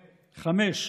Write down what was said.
חמש.